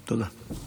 תודה.